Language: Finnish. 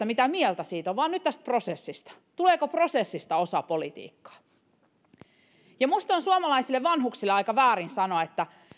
mitä mieltä asiasta on vaan tästä prosessista tuleeko prosessista osa politiikkaa minusta on suomalaisille vanhuksille aika väärin sanoa että